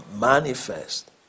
manifest